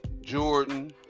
Jordan